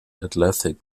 athletic